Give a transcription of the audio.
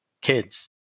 kids